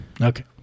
Okay